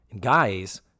Guys